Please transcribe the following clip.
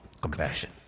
Compassion